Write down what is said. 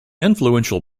influential